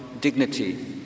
dignity